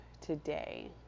today